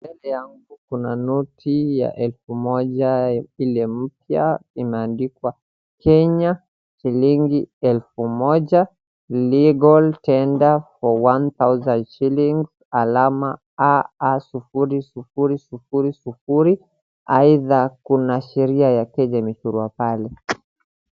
Mbele yangu kuna noti ya elfu moja ile mpya imeandikwa Kenya shilingi elfu moja legal tender for one thousand shillings alama A sufuri sufuri sufuri sufuri aidha kuna sheria ya kenya pale.